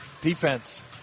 Defense